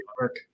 work